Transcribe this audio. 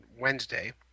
Wednesday